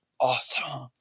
awesome